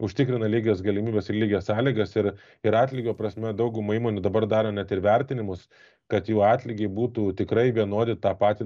užtikrina lygias galimybes ir lygias sąlygas ir ir atlygio prasme dauguma įmonių dabar daro net ir vertinimus kad jų atlygiai būtų tikrai vienodi tą patį